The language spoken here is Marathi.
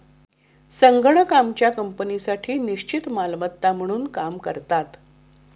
संगणक आमच्या कंपनीसाठी निश्चित मालमत्ता म्हणून काम करतात